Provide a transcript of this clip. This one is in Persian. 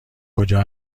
کجا